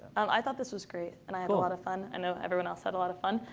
um i thought this was great. and i had a lot of fun. i know everyone else had a lot of fun.